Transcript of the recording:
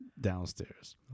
downstairs